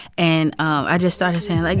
and i just started saying, like,